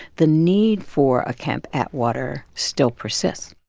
the need for a camp atwater still persists